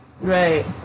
Right